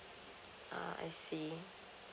uh I see